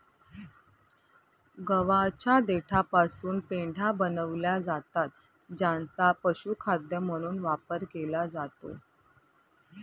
गव्हाच्या देठापासून पेंढ्या बनविल्या जातात ज्यांचा पशुखाद्य म्हणून वापर केला जातो